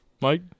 Mike